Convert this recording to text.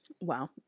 Wow